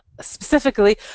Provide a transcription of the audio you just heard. specifically